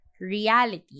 reality